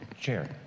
Chair